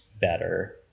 better